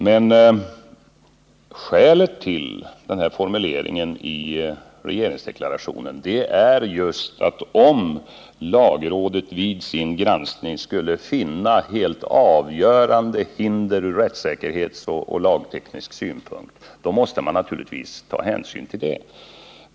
Men skälet till den här formuleringen i regeringsdeklarationen är just, att om lagrådet vid sin granskning skulle finna helt avgörande hinder från rättssäkerhetssynpunkt och lagteknisk synpunkt, måste man naturligtvis ta hänsyn till det.